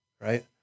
right